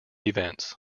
events